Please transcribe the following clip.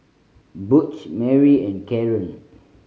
Butch Mari and Caren